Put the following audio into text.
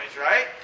right